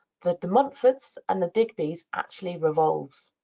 the de montforts and the digbys, actually revolves.